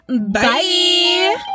Bye